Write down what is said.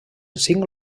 cinc